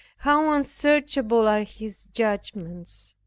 how unsearchable are his judgments,